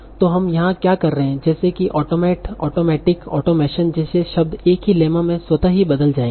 तो हम यहाँ क्या कर रहे हैं जैसे कि automate automatic automation जैसे शब्द एक ही लेम्मा में स्वतः ही बदल जाएंगे